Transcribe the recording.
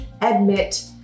admit